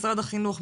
משרד החינוך,